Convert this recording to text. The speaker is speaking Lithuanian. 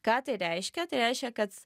ką tai reiškia tai reiškia kad